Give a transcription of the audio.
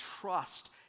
trust